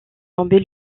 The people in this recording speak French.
tomber